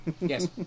Yes